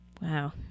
Wow